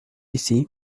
ici